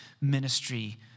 ministry